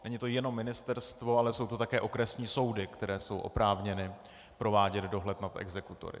Není to jenom ministerstvo, ale jsou to také okresní soudy, které jsou oprávněny provádět dohled nad exekutory.